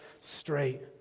straight